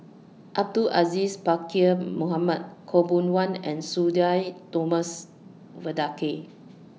Abdul Aziz Pakkeer Mohamed Khaw Boon Wan and Sudhir Thomas Vadaketh